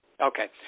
Okay